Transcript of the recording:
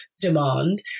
demand